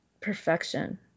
perfection